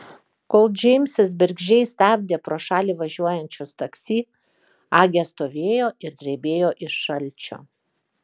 kol džeimsas bergždžiai stabdė pro šalį važiuojančius taksi agė stovėjo ir drebėjo iš šalčio